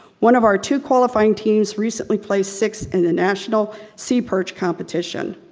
one of our two qualifying teams recently placed six in the national sea perch competition.